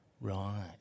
Right